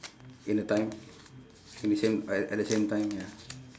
in a time in the same a~ at the same time ya